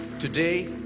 today,